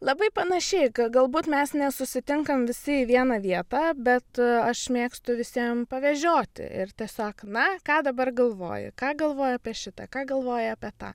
labai panašiai k galbūt mes nesusitinkam visi į vieną vietą bet aš mėgstu visiem pavežioti ir tiesiog na ką dabar galvoji ką galvoji apie šitą ką galvoji apie tą